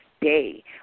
day